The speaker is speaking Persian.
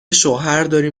شوهرداریم